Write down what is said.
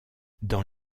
dans